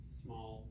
small